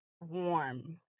warm